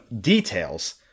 details